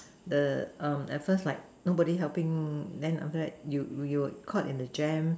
the at first like nobody helping then after that you you were caught in a jam